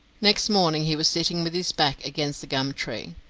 next morning he was sitting with his back against the gum tree.